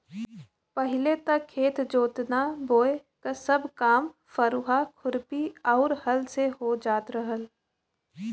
पहिले त खेत जोतना बोये क सब काम फरुहा, खुरपी आउर हल से हो जात रहल